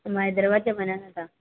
हमारे दरवाजा बनाना था